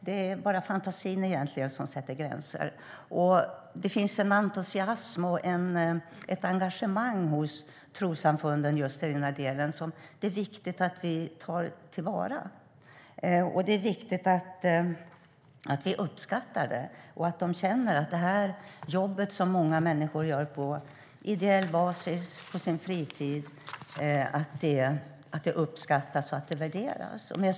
Det är bara fantasin som sätter gränser. Det finns en entusiasm och ett engagemang hos trossamfunden som är viktigt att ta till vara. Det är viktigt att vi uppskattar trossamfunden och att de känner att det jobb som många människor gör på ideell basis, på sin fritid, uppskattas och värderas.